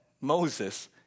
Moses